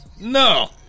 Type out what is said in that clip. No